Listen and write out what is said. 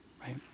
Right